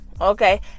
Okay